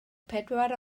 pedwar